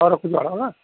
ହଉ ରଖୁଛି ମ୍ୟାଡ଼ମ୍ ହେଲା